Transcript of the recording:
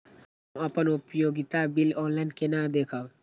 हम अपन उपयोगिता बिल ऑनलाइन केना देखब?